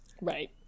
Right